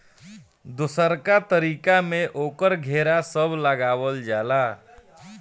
दोसरका तरीका में ओकर घेरा सब लगावल जाला